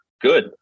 good